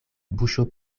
buŝo